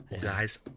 Guys